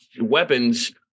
weapons